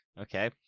Okay